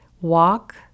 walk